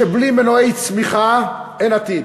שבלי מנועי צמיחה אין עתיד.